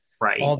Right